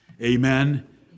Amen